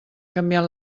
canviant